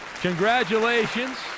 Congratulations